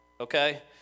okay